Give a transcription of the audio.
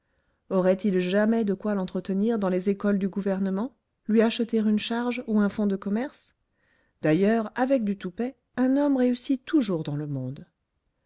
auraient-ils jamais de quoi l'entretenir dans les écoles du gouvernement lui acheter une charge ou un fonds de commerce d'ailleurs avec du toupet un homme réussit toujours dans le monde